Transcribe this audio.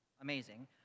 amazing